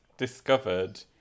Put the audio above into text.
discovered